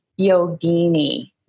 Yogini